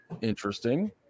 interesting